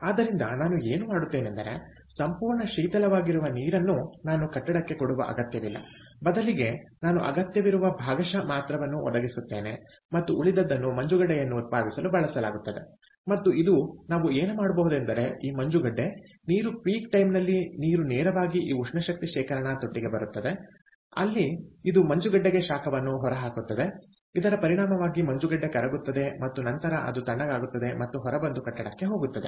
ಆದ್ದರಿಂದ ನಾನು ಏನು ಮಾಡುತ್ತೇನೆಂದರೆ ಸಂಪೂರ್ಣ ಶೀತಲವಾಗಿರುವ ನೀರನ್ನು ನಾನು ಕಟ್ಟಡಕ್ಕೆ ಕೊಡುವ ಅಗತ್ಯವಿಲ್ಲ ಬದಲಿಗೆ ನಾನು ಅಗತ್ಯವಿರುವ ಭಾಗಶಃ ಮಾತ್ರವನ್ನು ಒದಗಿಸುತ್ತೇನೆ ಮತ್ತು ಉಳಿದದ್ದನ್ನು ಮಂಜುಗಡ್ಡೆಯನ್ನು ಉತ್ಪಾದಿಸಲು ಬಳಸಲಾಗುತ್ತದೆ ಮತ್ತು ಇದು ನಾವು ಏನು ಮಾಡಬಹುದೆಂದರೆ ಈ ಮಂಜುಗಡ್ಡೆ ನೀರು ಪೀಕ್ ಟೈಮ್ನಲ್ಲಿ ನೀರು ನೇರವಾಗಿ ಈ ಉಷ್ಣ ಶಕ್ತಿ ಶೇಖರಣಾ ತೊಟ್ಟಿಗೆ ಬರುತ್ತದೆ ಅಲ್ಲಿ ಅದು ಮಂಜುಗಡ್ಡೆಗೆ ಶಾಖವನ್ನು ಹೊರಹಾಕುತ್ತದೆ ಇದರ ಪರಿಣಾಮವಾಗಿ ಮಂಜುಗಡ್ಡೆ ಕರಗುತ್ತದೆ ಮತ್ತು ನಂತರ ಅದು ತಣ್ಣಗಾಗುತ್ತದೆ ಮತ್ತು ಹೊರಬಂದು ಕಟ್ಟಡಕ್ಕೆ ಹೋಗುತ್ತದೆ